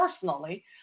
personally